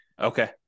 Okay